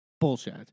bullshit